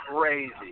crazy